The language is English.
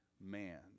man